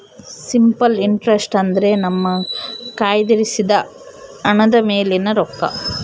simple interest ಅಂದ್ರೆ ನಮ್ಮ ಕಯ್ದಿರಿಸಿದ ಹಣದ ಮೇಲಿನ ರೊಕ್ಕ